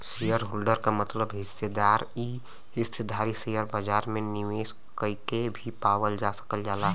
shareholder क मतलब हिस्सेदार इ हिस्सेदारी शेयर बाजार में निवेश कइके भी पावल जा सकल जाला